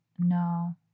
No